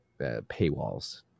paywalls